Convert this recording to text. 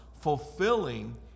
fulfilling